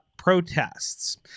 Protests